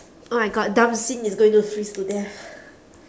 oh my god is going to freeze to death